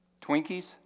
Twinkies